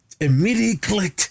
immediately